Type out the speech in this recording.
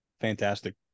fantastic